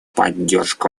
поддержка